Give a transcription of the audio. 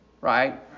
right